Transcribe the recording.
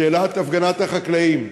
שאלת הפגנת החקלאים,